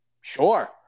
Sure